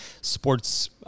sports